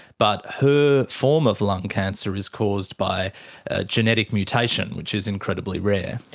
but her form of lung cancer is caused by a genetic mutation which is incredibly rare.